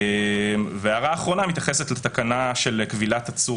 הערה אחרונה מתייחסת לתקנה של כבילת עצור